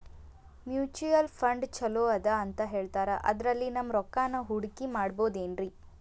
Mutual fund ಛಲೋ ಅದಾ ಅಂತಾ ಹೇಳ್ತಾರ ಅದ್ರಲ್ಲಿ ನಮ್ ರೊಕ್ಕನಾ ಹೂಡಕಿ ಮಾಡಬೋದೇನ್ರಿ?